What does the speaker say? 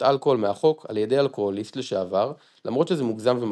אלכוהול מהחוק ע"י אלכוהוליסט לשעבר למרות שזה מוגזם ומכעיס,